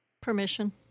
permission